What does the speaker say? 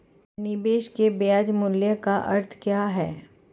निवेश के ब्याज मूल्य का अर्थ क्या है?